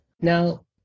Now